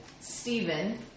Stephen